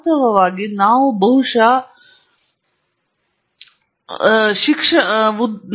ವಾಸ್ತವವಾಗಿ ನಾವು ಬಹುಶಃ ಆಹಾರ ಸರಪಳಿಯ ಮೇಲೆ ಇರುವ ಕಾರಣವೇನೆಂದರೆ